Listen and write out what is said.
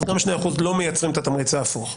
אז גם 2% לא מייצרים את התמריץ ההפוך.